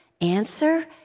answer